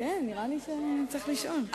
נראה לי שצריך לשאול, לא?